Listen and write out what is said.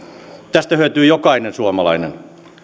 tästä hyötyy jokainen suomalainen